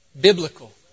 biblical